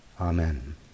Amen